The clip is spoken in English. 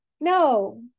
No